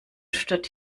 statt